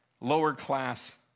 lower-class